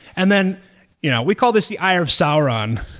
and then you know we call this the eye of sauron